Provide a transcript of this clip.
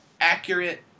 accurate